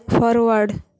forward